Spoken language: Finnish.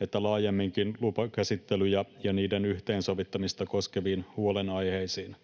että laajemminkin lupakäsittelyitä ja niiden yhteensovittamista koskeviin huolenaiheisiin.